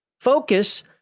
Focus